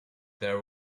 there